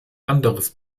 anderes